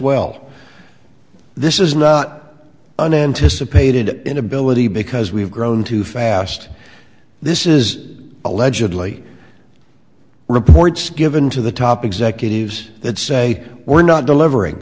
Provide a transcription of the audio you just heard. well this is not unanticipated inability because we've grown too fast this is allegedly reports given to the top executives that say we're not delivering